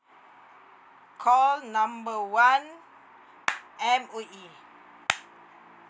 call number one M_O_E